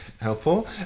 helpful